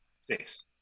Six